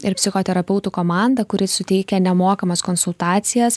ir psichoterapeutų komanda kuri suteikia nemokamas konsultacijas